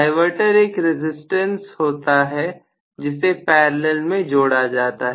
diverter एक resistance होता है जिसे पैरेलल में जोड़ा जाता है